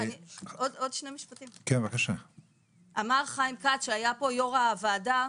אמר חיים כץ שהיה יו"ר הוועדה,